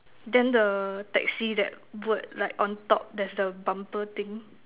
then the taxi that word like on top there's the bumper thing